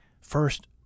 First